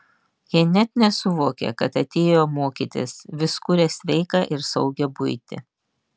jie net nesuvokia kad atėjo mokytis vis kuria sveiką ir saugią buitį